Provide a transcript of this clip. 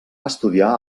estudiar